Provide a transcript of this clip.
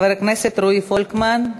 חבר הכנסת רועי פולקמן,